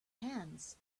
hands